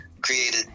created